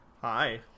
Hi